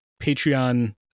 patreon